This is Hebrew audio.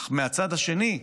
אך מהצד השני,